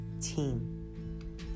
team